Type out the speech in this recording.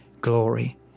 glory